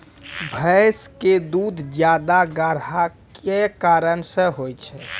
भैंस के दूध ज्यादा गाढ़ा के कि कारण से होय छै?